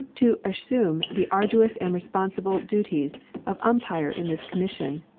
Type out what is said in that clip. to assume the arduous and responsible duties of umpire in this commission,